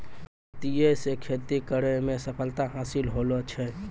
धरतीये से खेती करै मे सफलता हासिल होलो छै